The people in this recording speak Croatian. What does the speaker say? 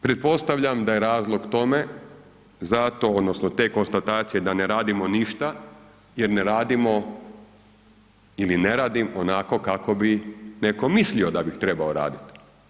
Pretpostavljam da je razlog tome zato odnosno te konstatacije da ne radimo ništa jer ne radimo ili ne radim onako kako bi neko mislio da bih trebao radit.